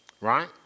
right